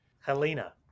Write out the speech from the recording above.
Helena